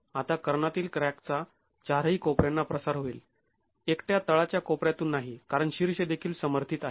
आता कर्णातील क्रॅकचा चारही कोपऱ्यांना प्रसार होईल एकट्या तळाच्या कोपऱ्यातून नाही कारण शीर्ष देखील समर्थित आहे